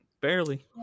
Barely